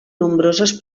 nombroses